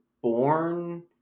born